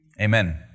Amen